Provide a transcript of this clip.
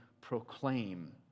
proclaim